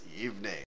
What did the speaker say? evening